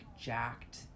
jacked